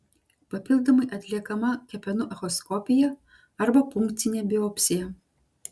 papildomai atliekama kepenų echoskopija arba punkcinė biopsija